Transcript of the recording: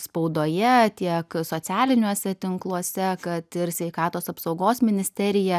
spaudoje tiek socialiniuose tinkluose kad ir sveikatos apsaugos ministerija